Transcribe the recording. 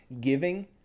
Giving